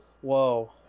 Whoa